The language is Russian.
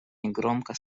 негромко